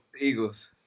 Eagles